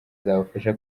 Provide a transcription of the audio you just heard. zabafasha